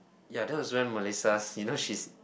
ya that was when Melissa you know she's